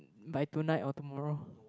by tonight or tomorrow